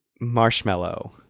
marshmallow